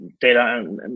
data